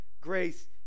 grace